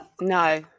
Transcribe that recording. No